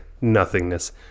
nothingness